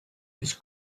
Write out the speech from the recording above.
his